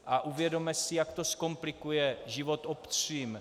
A uvědomme si, jak to zkomplikuje život obcím.